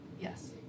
Yes